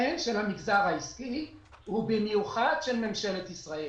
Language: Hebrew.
הן של המגזר העסקי והן של ממשלת ישראל.